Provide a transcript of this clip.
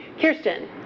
Kirsten